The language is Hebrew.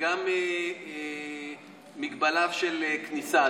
וגם הגבלה של כניסה.